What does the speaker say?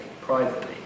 privately